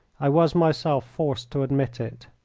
i was myself forced to admit it.